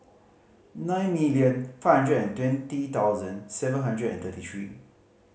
nine million five hundred and twenty thousand seven hundred and thirty three